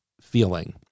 feeling